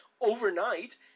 overnight